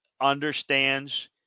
understands